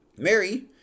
Mary